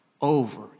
over